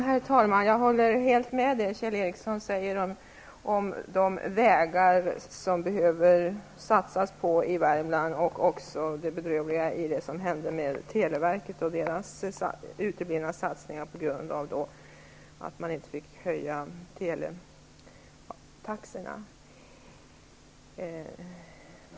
Herr talman! Jag håller helt med om det som Kjell Ericsson sade beträffande de vägar som man behöver satsa på i Värmland och beträffande det bedrövliga med de satsningar som uteblev genom att televerket inte fick höja teletaxorna.